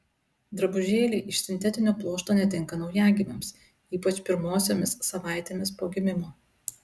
drabužėliai iš sintetinio pluošto netinka naujagimiams ypač pirmosiomis savaitėmis po gimimo